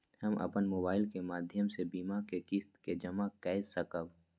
हम अपन मोबाइल के माध्यम से बीमा के किस्त के जमा कै सकब?